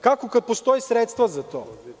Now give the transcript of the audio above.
Kako kad postoje sredstva za to.